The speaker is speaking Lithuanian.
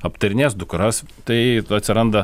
aptarinės dukras tai atsiranda